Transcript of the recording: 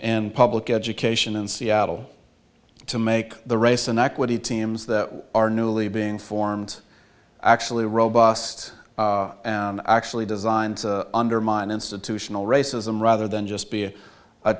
in public education in seattle to make the race inequity teams that are newly being formed actually robust and actually designed undermine institutional racism rather than just be